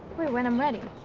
wait, when i'm ready.